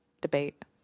debate